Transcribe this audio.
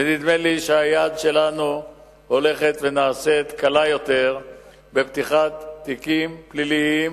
ונדמה לי שהיד שלנו הולכת ונעשית קלה יותר בפתיחת תיקים פליליים